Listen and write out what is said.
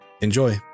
Enjoy